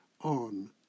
on